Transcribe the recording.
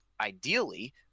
ideally